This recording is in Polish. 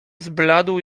zbladł